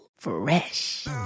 Fresh